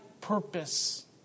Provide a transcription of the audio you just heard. purpose